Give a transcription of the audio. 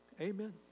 Amen